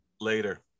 Later